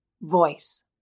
voice